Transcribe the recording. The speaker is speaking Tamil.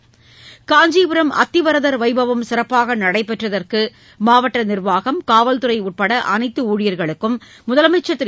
நி காஞ்சிபுரம் அத்திவரதர் வைபவம் சிறப்பாக நடைபெற்றதற்கு மாவட்ட நிர்வாகம் காவல்துறை உட்பட அனைத்து ஊழியர்களுக்கும் முதலமைச்சர் திரு